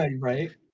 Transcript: Right